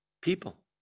people